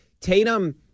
Tatum